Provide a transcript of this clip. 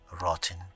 rotten